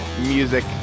music